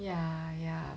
ya ya